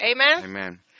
Amen